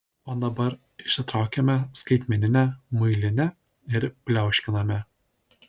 o dabar išsitraukiame skaitmeninę muilinę ir pliauškiname